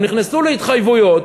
הם נכנסו להתחייבויות,